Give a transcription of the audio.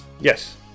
Yes